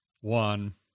one